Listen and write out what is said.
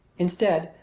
instead,